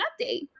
update